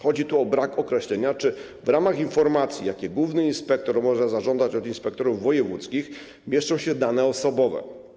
Chodzi tu o brak określenia, czy w ramach informacji, jakich główny inspektor może zażądać od inspektorów wojewódzkich, mieszczą się dane osobowe.